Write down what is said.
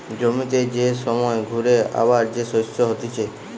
জমিতে যে সময় ঘুরে আবার যে শস্য হতিছে